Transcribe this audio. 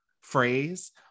phrase